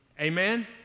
Amen